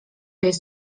jest